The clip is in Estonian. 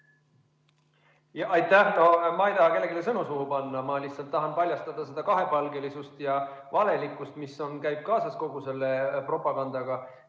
Aitäh! Ma ei taha kellelegi sõnu suhu panna, ma lihtsalt tahan paljastada seda kahepalgelisust ja valelikkust, mis käib kaasas kogu selle propagandaga.